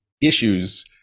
issues